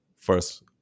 first